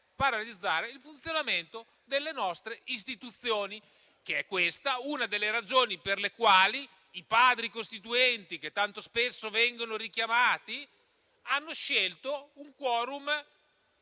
paralizzare il funzionamento delle nostre istituzioni. Questa è una delle ragioni per le quali i Padri costituenti, che tanto spesso vengono richiamati, hanno scelto un *quorum*